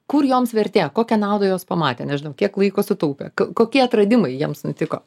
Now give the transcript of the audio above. kur joms vertėjo kokią naudą jos pamatė nežinau kiek laiko sutaupė kokie atradimai jiems nutiko